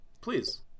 please